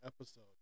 episode